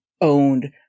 owned